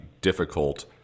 difficult